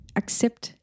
accept